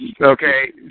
okay